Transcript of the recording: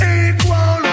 equal